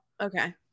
okay